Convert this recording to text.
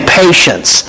patience